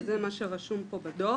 שזה מה שרשום פה בדוח,